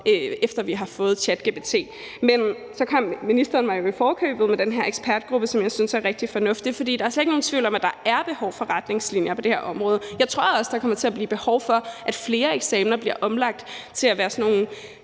efter at vi har fået ChatGPT. Men så kom ministeren mig jo i forkøbet med den her ekspertgruppe, som jeg synes er rigtig fornuftigt, for der er slet ikke nogen tvivl om, at der er behov for retningslinjer på det her område. Jeg tror også, at der kommer til at blive behov for, at flere eksamener bliver omlagt til at være sådan nogle